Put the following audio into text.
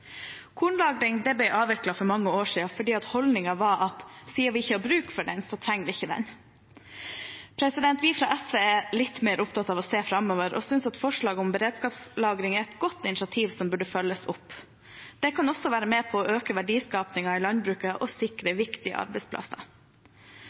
ble avviklet for mange år siden fordi holdningen var at siden vi ikke har bruk for det, trenger vi det ikke. Vi fra SV er litt mer opptatt av å se framover og synes at forslaget om beredskapslagring er et godt initiativ som burde følges opp. Det kan også være med på å øke verdiskapingen i landbruket og sikre